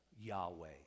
Yahweh